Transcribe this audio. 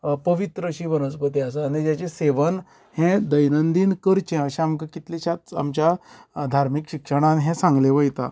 पवित्र अशी वनस्पती आसा ताचे सेवन हे दयनदीन करचे हे अशें हे आमच्या कितलेशेच धार्मीक शिक्षणांन सांगले वयता